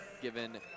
given